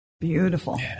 Beautiful